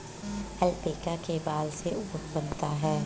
alpaca के बाल से ऊन बनता है